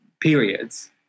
periods